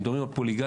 מדברים על פוליגמיה,